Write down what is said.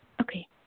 Okay